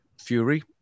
Fury